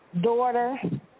Daughter